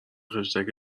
خشتک